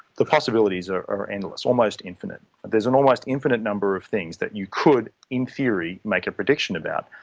the possibilities are are endless, almost infinite. there is an almost infinite number of things that you could in theory make a prediction about,